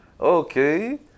Okay